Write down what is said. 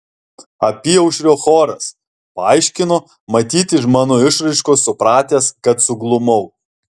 apyaušrio choras paaiškino matyt iš mano išraiškos supratęs kad suglumau